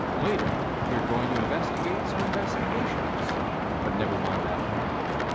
later we're going to investigate some investigations but never mind that now.